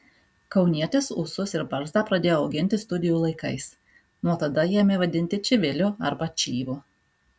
kaunietis ūsus ir barzdą pradėjo auginti studijų laikais nuo tada jį ėmė vadinti čiviliu arba čyvu